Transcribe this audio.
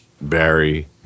Barry